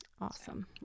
Awesome